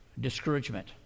discouragement